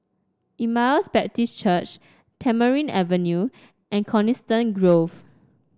Emmaus Baptist Church Tamarind Avenue and Coniston Grove